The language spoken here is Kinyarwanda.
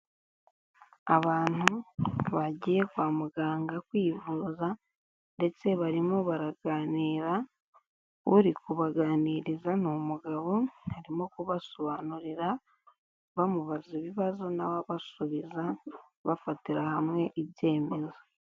Abantu bagiye kwa muganga kwivuza ndetse barimo baraganira, uri kubaganiriza ni umugabo arimo kubasobanurira bamubaza ibibazo nawe ababasubiza bafatira hamwe ibyemezo.